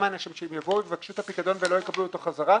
שיבואו לבקש את הפיקדון ולא יקבלו אותו בחזרה,